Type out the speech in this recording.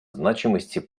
значимости